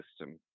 system